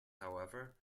however